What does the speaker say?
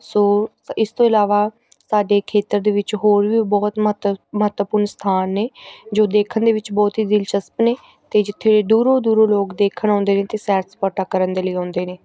ਸੋ ਇਸ ਤੋਂ ਇਲਾਵਾ ਸਾਡੇ ਖੇਤਰ ਦੇ ਵਿੱਚ ਹੋਰ ਵੀ ਬਹੁਤ ਮਹੱਤਵ ਮਹੱਤਵਪੂਰਨ ਸਥਾਨ ਨੇ ਜੋ ਦੇਖਣ ਦੇ ਵਿੱਚ ਬਹੁਤ ਹੀ ਦਿਲਚਸਪ ਨੇ ਅਤੇ ਜਿੱਥੇ ਦੂਰੋਂ ਦੂਰੋਂ ਲੋਕ ਦੇਖਣ ਆਉਂਦੇ ਨੇ ਅਤੇ ਸੈਰ ਸਪਾਟਾ ਕਰਨ ਦੇ ਲਈ ਆਉਂਦੇ ਨੇ